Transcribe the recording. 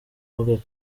avuga